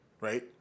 right